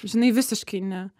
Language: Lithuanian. žinai visiškai ne